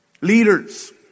Leaders